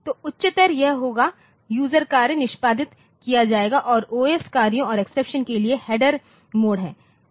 तो उच्चतर यह होगा यूजर कार्य निष्पादित किया जाएगा और ओएस कार्यों और एक्सेप्शन के लिए हैंडलर मोडहैं